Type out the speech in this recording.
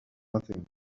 nothing